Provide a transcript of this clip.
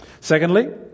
Secondly